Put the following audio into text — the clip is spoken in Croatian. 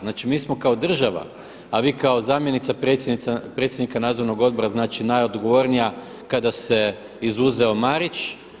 Znači mi smo kao država, a vi kao zamjenica predsjednika Nadzornog odbora, znači najodgovornija kada se izuzeo Marić.